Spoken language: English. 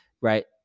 right